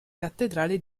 cattedrale